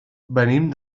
venim